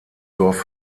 dorf